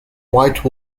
white